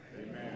Amen